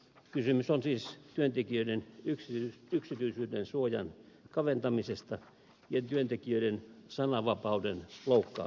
kysymys on siis työntekijöiden yksityisyyden suojan kaventamisesta ja työntekijöiden sananvapauden loukkaamisesta